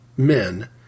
men